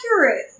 accurate